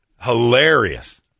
Hilarious